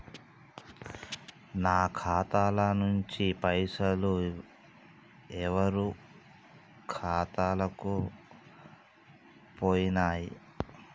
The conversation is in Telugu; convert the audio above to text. నా ఖాతా ల నుంచి పైసలు ఎవరు ఖాతాలకు పోయినయ్?